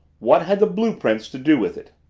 what had the blue-prints to do with it?